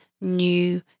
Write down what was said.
new